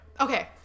Okay